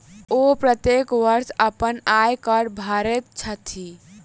ओ प्रत्येक वर्ष अपन आय कर भरैत छथि